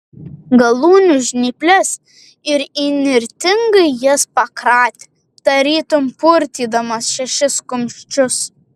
galūnių žnyples ir įnirtingai jas pakratė tarytum purtydamas šešis kumščius